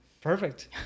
Perfect